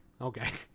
okay